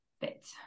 fit